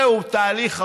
זהו תהליך ארוך,